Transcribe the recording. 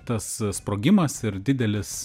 tas sprogimas ir didelis